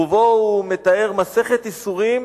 ובו הוא מתאר מסכת ייסורים